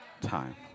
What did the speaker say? time